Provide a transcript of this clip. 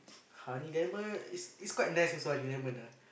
honey lemon is is quite nice also lemon ah